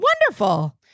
Wonderful